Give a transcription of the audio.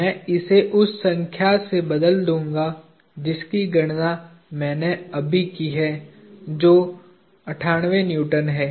मैं इसे उस संख्या से बदल दूंगा जिसकी गणना मैंने अभी की हैजो 98 न्यूटन है